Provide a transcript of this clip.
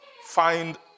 find